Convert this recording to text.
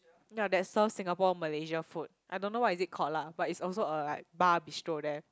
yea that serve Singapore malaysia food I don't know what is it called lah but is also a like bar bistro there